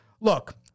look